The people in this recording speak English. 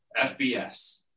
FBS